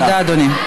תודה, אדוני.